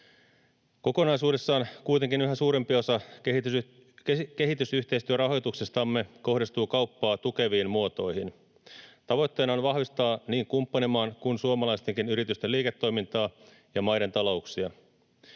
Kokonaisuudessaan kuitenkin yhä suurempi osa kehitysyhteistyörahoituksestamme kohdistuu kauppaa tukeviin muotoihin. Tavoitteena on vahvistaa niin kumppanimaan kuin suomalaistenkin yritysten liiketoimintaa ja maiden talouksia.